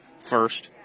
first